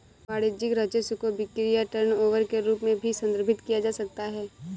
वाणिज्यिक राजस्व को बिक्री या टर्नओवर के रूप में भी संदर्भित किया जा सकता है